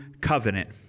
covenant